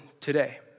today